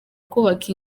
kubaka